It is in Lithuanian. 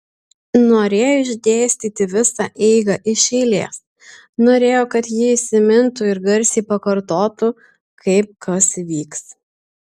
norėjo išdėstyti visą eigą iš eilės norėjo kad ji įsimintų ir garsiai pakartotų kaip kas vyks